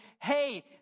hey